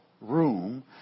room